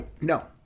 No